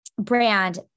brand